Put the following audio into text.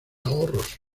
ahorros